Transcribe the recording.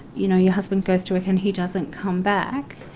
you know your husband goes to work and he doesn't come back,